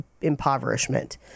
impoverishment